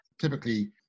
Typically